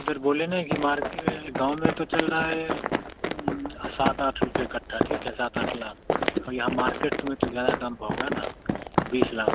उधर बोले नहीं की मार्केट गाँव में तो चल रहा है सात आठ रुपये कट्ठा ठीक है सात आठ लाख और यहाँ मार्केट में तो ज़्यादा दाम का होगा ना बीस लाख